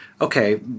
okay